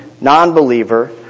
non-believer